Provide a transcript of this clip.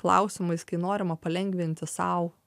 klausimais kai norima palengvinti sau